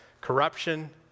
Corruption